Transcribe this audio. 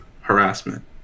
harassment